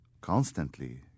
constantly